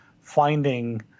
finding